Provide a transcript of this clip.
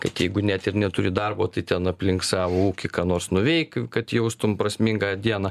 kad jeigu net ir neturi darbo tai ten aplink savo ūkį ką nors nuveik kad jaustum prasmingą dieną